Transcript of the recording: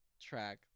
track